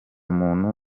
muntu